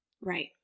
Right